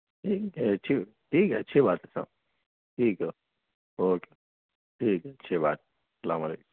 ٹھیک ہے اچھی ٹھیک ہے اچھی بات ہے صاحب ٹھیک ہے اوکے ٹھیک ہے اچھی بات ہے السلام علیکم